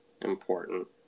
important